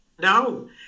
No